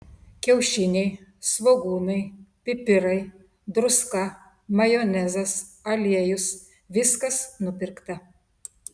kiaušiniai svogūnai pipirai druska majonezas aliejus viskas nupirkta